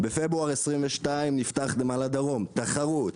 בפברואר 22' נפתח נמל הדרום תחרות.